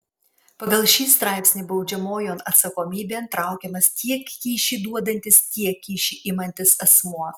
pagal šį straipsnį baudžiamojon atsakomybėn traukiamas tiek kyšį duodantis tiek kyšį imantis asmuo